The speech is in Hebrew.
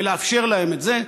ולאפשר להם את זה.